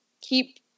keep